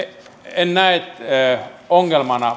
en näe ongelmana